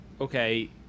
Okay